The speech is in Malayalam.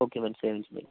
ഓക്കെ മനസ്സിലായി മനസ്സിലായി